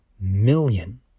million